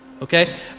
okay